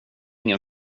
ingen